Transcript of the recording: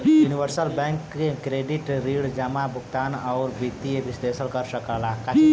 universal bank credit ऋण जमा, भुगतान, आउर वित्तीय विश्लेषण कर सकला